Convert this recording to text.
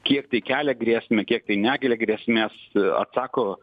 kiek tai kelia grėsmę kiek tai nekelia grėsmės atsako